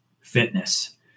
fitness